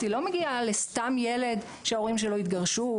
היא לא מגיעה לסתם ילד שההורים שלו התגרשו,